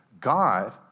God